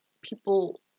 people